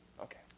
Okay